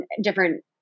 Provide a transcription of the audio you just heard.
different